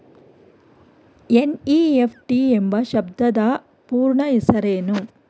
NEFT ಎಂಬ ಶಬ್ದದ ಪೂರ್ಣ ಹೆಸರೇನು?